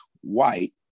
white